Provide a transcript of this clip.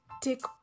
take